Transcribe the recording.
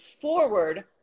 forward